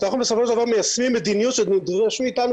אנחנו בסופו של דבר מיישמים מדיניות שנדרשת מאיתנו